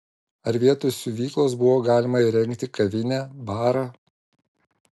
ar vietoj siuvyklos buvo galima įrengti kavinę barą